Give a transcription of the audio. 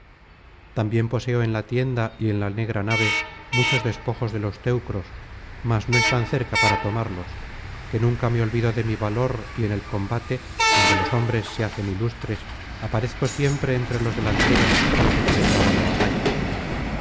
también poseo en la tienda y en la negra nave muchos despojos de los teucros mas no están cer ca para tomarlos que nunca me olvido de mi valor y en el combate donde los hombres se hacen ilustres aparezco siempre entre los delanteros desde que se traba la batalla